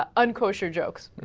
ah i'm kosher jokes